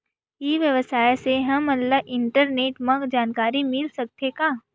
ई व्यवसाय से हमन ला इंटरनेट मा जानकारी मिल सकथे का?